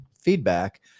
feedback